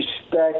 respect